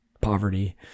poverty